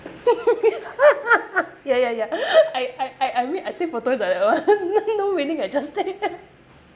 ya ya ya I I I mean I take photos like that [one] no meaning I just take